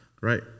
Right